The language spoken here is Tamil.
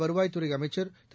வருவாய்த்துறை அமைச்சர் திரு